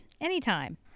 anytime